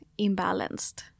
imbalanced